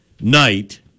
night